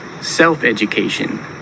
Self-education